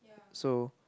so